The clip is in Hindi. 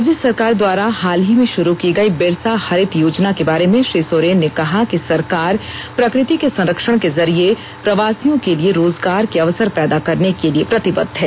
राज्य सरकार द्वारा हाल ही में शुरू की गई बिरसा हरित योजना के बारे में श्री सोरेन ने कहा कि सरकार प्रकृति के संरक्षण के जरि प्रवासियों के लिए रोजगार के अवसर पैदा करने के लिए प्रतिबद्ध है